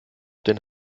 den